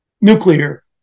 nuclear